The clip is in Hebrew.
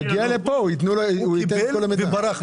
הוא קיבל וברח,